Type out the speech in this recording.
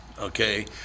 Okay